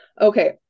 Okay